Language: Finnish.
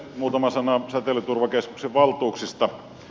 muutama sana säteilyturvakeskuksen valtuuksista